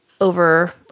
over